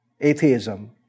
atheism